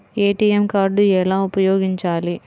ATM card ఎలా ఉపయోగించాలి?